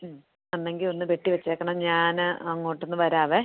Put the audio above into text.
ഉം എന്നെങ്കിൽ ഒന്ന് വെട്ടി വെച്ചേക്കണം ഞാന് അങ്ങോട്ട് ഒന്ന് വരാമേ